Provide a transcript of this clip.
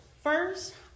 first